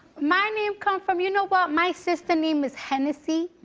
my name come from you know what? my sister name is hennessy.